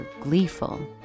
gleeful